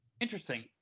Interesting